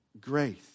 grace